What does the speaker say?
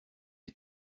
est